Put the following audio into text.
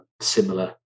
similar